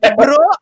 bro